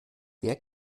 wer